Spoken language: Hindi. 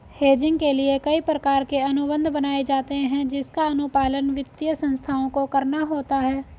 हेजिंग के लिए कई प्रकार के अनुबंध बनाए जाते हैं जिसका अनुपालन वित्तीय संस्थाओं को करना होता है